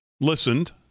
listened